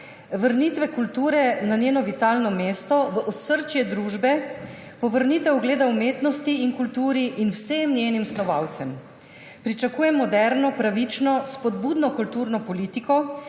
vrnitev kulture na njeno vitalno mesto v osrčje družbe, povrnitev ugleda umetnosti in kulturi in vsem njenim snovalcem. Pričakujem moderno, pravično, spodbudno kulturno politiko,